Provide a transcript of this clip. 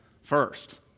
first